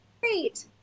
Great